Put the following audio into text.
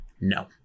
No